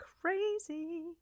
crazy